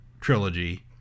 trilogy